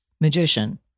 magician